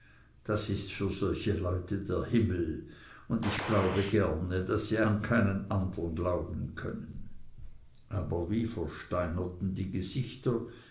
das ist für solche leute der himmel und ich glaube gerne daß viele an keinen andern glauben können aber wie versteinerten die gesichter